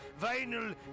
Vinyl